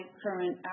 current